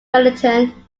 wellington